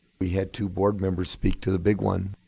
we had two board members speak to the big one,